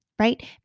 Right